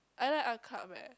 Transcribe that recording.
I like art club eh